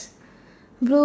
blue